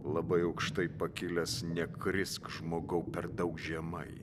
labai aukštai pakilęs nekrisk žmogau per daug žemai